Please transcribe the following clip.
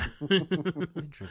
Interesting